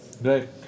right